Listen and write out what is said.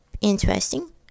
interesting